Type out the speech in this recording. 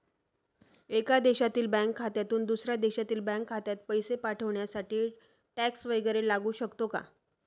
एका देशातील बँक खात्यातून दुसऱ्या देशातील बँक खात्यात पैसे पाठवण्यासाठी टॅक्स वैगरे लागू शकतो का?